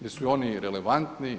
Jesu oni relevantni?